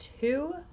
two